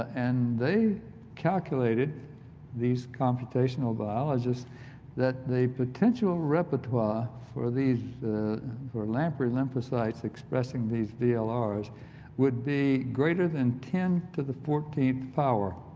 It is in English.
and they calculated these computational biologists that they potential repertoire for these for lamprey lymphocytes expressing these vlrs would be greater than ten to the fourteenth power.